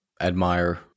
admire